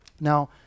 Now